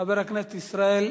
חבר הכנסת ישראל